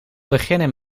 beginnen